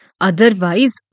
Otherwise